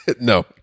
No